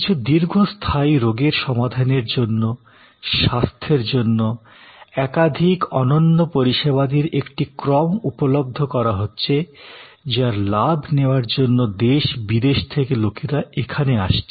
কিছু দীর্ঘস্থায়ী রোগের সমাধানের জন্য স্বাস্থ্যের জন্য একাধিক অনন্য পরিষেবাদির একটি ক্রম উপলব্ধ করা হচ্ছে যার লাভ নেওয়ার জন্য দেশ বিদেশ থেকে লোকেরা এখানে আসছে